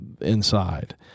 inside